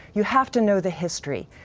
you have to know the history.